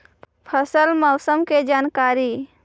फसल मौसम के जानकारी?